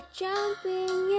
jumping